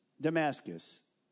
Damascus